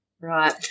Right